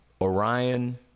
Orion